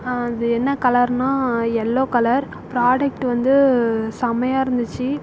அது என்ன கலருனால் எல்லோ கலர் ப்ராடக்ட் வந்து செம்மயா இருந்துச்சு